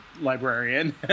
librarian